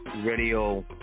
Radio